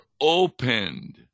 opened